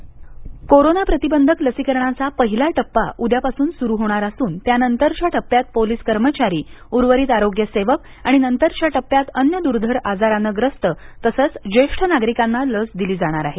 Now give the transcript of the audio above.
लसीकरण कोरोना प्रतिबंधक लसीकरणाचा पहिला टप्पा उद्यापासून सुरु होणार असून त्यानंतरच्या टप्प्यात पोलीस कर्मचारी उर्वरित आरोग्य सेवक आणि नंतरच्या टप्प्यात अन्य दुर्धर आजाराने ग्रस्त तसंच ज्येष्ठ नागरिकांना लस दिली जाणार आहे